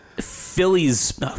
Phillies